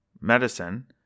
medicine